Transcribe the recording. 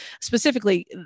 specifically